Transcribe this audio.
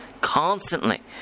constantly